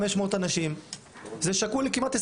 אבל בצפון כן יש בעיות.